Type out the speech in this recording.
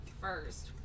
first